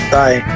bye